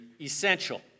essential